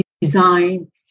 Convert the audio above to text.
design